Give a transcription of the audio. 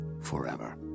forever